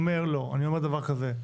לא, אני אומר דבר כזה: